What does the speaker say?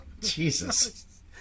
Jesus